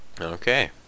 Okay